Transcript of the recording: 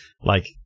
like-